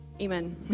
amen